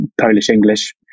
Polish-English